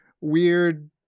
weird